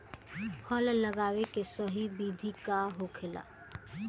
फल लगावे के सही विधि का होखेला?